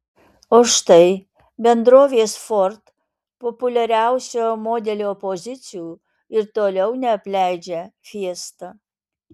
o štai bendrovės ford populiariausio modelio pozicijų ir toliau neapleidžia fiesta